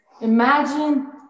imagine